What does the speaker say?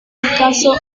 descanso